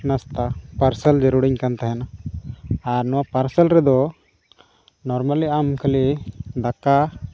ᱱᱟᱥᱛᱟ ᱯᱟᱨᱥᱮᱹᱞ ᱡᱟᱹᱨᱩᱲᱤᱧ ᱠᱟᱱ ᱛᱟᱦᱮᱱ ᱟᱨ ᱱᱚᱣᱟ ᱯᱟᱨᱥᱮᱹᱞ ᱨᱮᱫᱚ ᱱᱚᱨᱟᱞᱤ ᱟᱢ ᱠᱷᱟᱹᱞᱤ ᱫᱟᱠᱟ